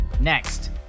Next